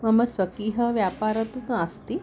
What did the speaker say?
मम स्वकीयः व्यापारः तु नास्ति